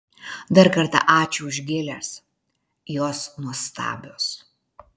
dar kartą ačiū už gėles jos nuostabios